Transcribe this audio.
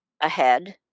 ahead